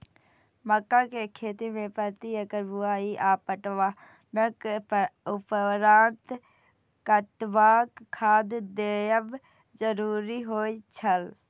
मक्का के खेती में प्रति एकड़ बुआई आ पटवनक उपरांत कतबाक खाद देयब जरुरी होय छल?